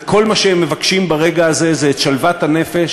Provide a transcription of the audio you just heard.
וכל מה שהם מבקשים ברגע הזה זה את שלוות הנפש,